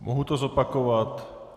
Mohu to zopakovat.